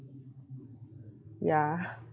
yeah